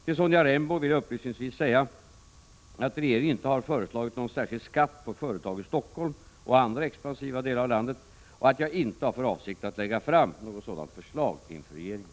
Till Sonja Rembo vill jag upplysningsvis säga att regeringen inte har föreslagit någon särskild skatt på företag i Stockholm och andra expansiva delar av landet och att jag inte har för avsikt att lägga fram något sådant förslag inför regeringen.